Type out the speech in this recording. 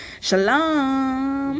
Shalom